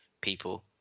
people